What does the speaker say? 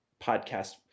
podcast